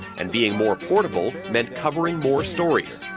and being more portable meant covering more stories.